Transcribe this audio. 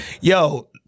yo